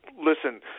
listen –